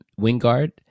Wingard